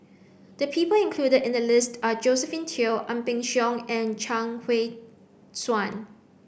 the people included in the list are Josephine Teo Ang Peng Siong and Chuang Hui Tsuan